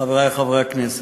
חברי חברי הכנסת.